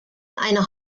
eine